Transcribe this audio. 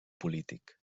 polític